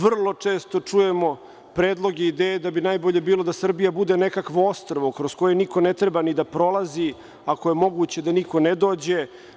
Vrlo često čujemo predloge i ideje da bi najbolje bilo da Srbija bude nekakvo ostrvo kroz koje niko ne treba ni da prolazi, ako je moguće da niko ne dođe.